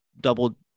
double